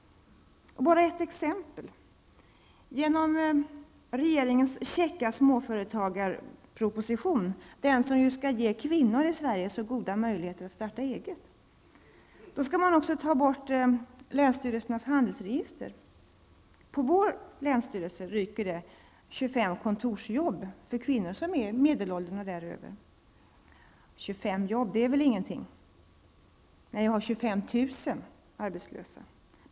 Jag vill bara ta ett exempel: Enligt regeringens käcka småföretagarproposition, den som ju skall ge kvinnor i Sverige så goda möjligheter att starta eget, skall man också ta bort länsstyrelsernas handelsregister. På vår länsstyrelse ryker 25 kontorsjobb för kvinnor som är i medelåldern och däröver. 25 jobb är väl ingenting, kan man säga, när vi har 25 000 arbetslösa.